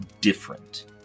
different